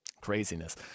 Craziness